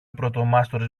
πρωτομάστορης